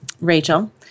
Rachel